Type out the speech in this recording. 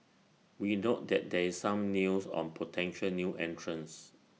we note that there is some news on potential new entrants